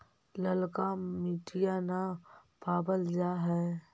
ललका मिटीया न पाबल जा है?